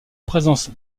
présence